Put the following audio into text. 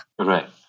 Right